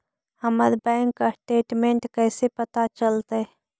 हमर bank statement कैसे पता चलतै?